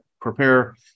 prepare